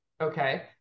Okay